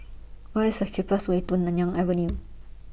What IS The cheapest Way to Nanyang Avenue